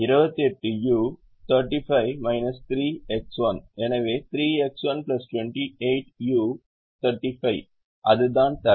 எனவே 3X1 28u 35 அதுதான் தடை